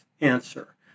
answer